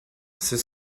c’est